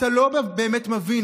אתה לא באמת מבין.